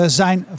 zijn